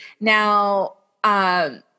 Now